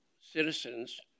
citizens